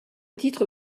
titre